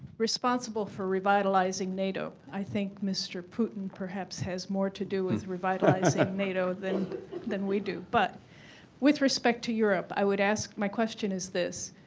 responsible for revitalizing nato. i think mr. putin perhaps has more to do with revitalizing nato than than we do. but with respect to europe, i would askmy question is this.